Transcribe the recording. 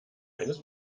eines